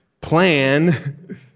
plan